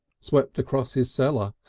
swept across his cellar,